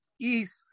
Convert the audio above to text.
east